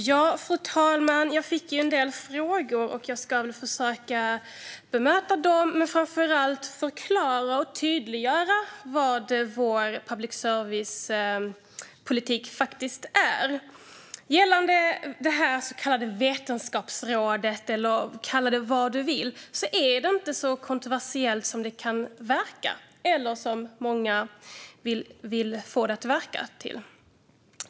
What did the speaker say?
Fru talman! Jag fick en del frågor. Jag ska försöka bemöta dem men framför allt förklara och tydliggöra vad vår public service-politik faktiskt är. Gällande det så kallade vetenskapsrådet - eller kalla det vad du vill - är det inte så kontroversiellt som det kan verka eller som många vill få det till.